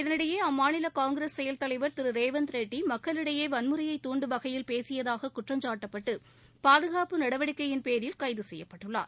இதனிடையே அம்மாநில காங்கிரஸ் செயல் தலைவர் திரு ரேவந்த் ரெட்டி மக்களிடையே வன்முறையை தூன்டும் வகையில் பேசியதாக குற்றம் சாட்டப்பட்டு பாதுகாப்பு நடவடிக்கையின்பேரில் கைது செய்யப்பட்டுள்ளார்